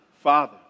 Father